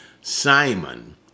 Simon